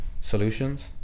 solutions